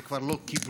זה כבר לא קיבלו,